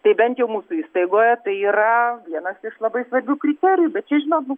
tai bent jau mūsų įstaigoje tai yra vienas iš labai svarbių kriterijų bet čia žinot nu